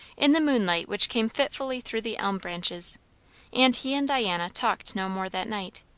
in the moonlight which came fitfully through the elm branches and he and diana talked no more that night.